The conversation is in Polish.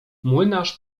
młynarz